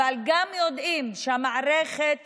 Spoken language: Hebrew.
אבל גם יודעים שלמערכת